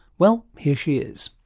well here she is.